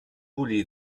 bullir